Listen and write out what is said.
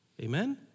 Amen